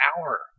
hour